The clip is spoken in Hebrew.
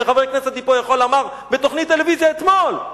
שחבר כנסת מפה אמר בתוכנית טלוויזיה אתמול: